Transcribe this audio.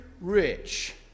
rich